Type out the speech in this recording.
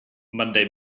monday